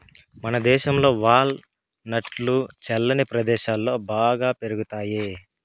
మనదేశంలో వాల్ నట్లు చల్లని ప్రదేశాలలో బాగా పెరుగుతాయి